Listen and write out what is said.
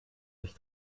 sich